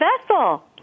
vessel